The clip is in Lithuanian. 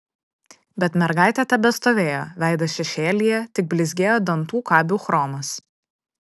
bet mergaitė tebestovėjo veidas šešėlyje tik blizgėjo dantų kabių chromas